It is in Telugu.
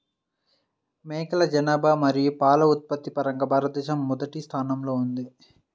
మేకల జనాభా మరియు పాల ఉత్పత్తి పరంగా భారతదేశం మొదటి స్థానంలో ఉంది